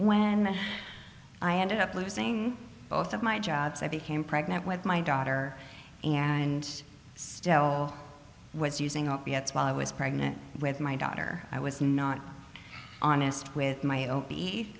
when i ended up losing both of my jobs i became pregnant with my daughter and still was using opiates while i was pregnant with my daughter i was not honest with my o